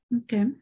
Okay